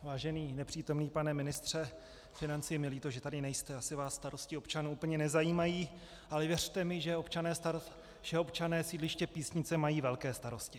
Vážený nepřítomný pane ministře financí, je mi líto, že tady nejste, asi vás starosti občanů úplně nezajímají, ale věřte mi, že občané sídliště Písnice mají velké starosti.